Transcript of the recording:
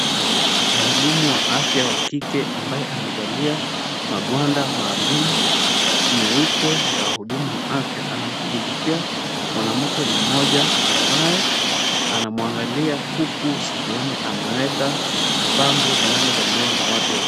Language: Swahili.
Mhudumu wa afya wa kike, ambaye amevalia magwanda maalum meupe ya wahudumu wa afya. Anamshughulikia mwanamke mmoja, ambaye anamwangalia huku sikioni ameweka pambo linalovaliwa na watu.